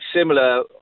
similar